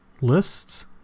lists